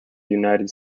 united